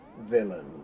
villain